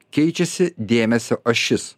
keičiasi dėmesio ašis